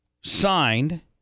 signed